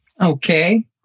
Okay